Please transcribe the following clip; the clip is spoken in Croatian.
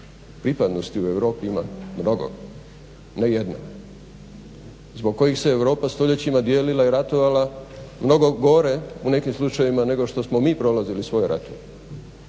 pripadnosti u Europi ima mnogo, ne jedna zbog kojih se je Europa stoljećima dijelila i ratovala mnogo gore u nekim slučajevima nego što smo mi prolazili svoj rat.